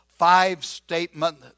five-statement